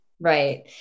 Right